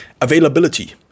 availability